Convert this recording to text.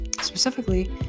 specifically